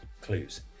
clues